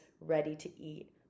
ready-to-eat